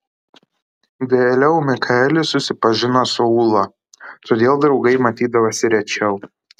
vėliau mikaelis susipažino su ūla todėl draugai matydavosi rečiau